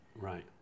Right